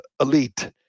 elite